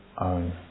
own